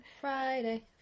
Friday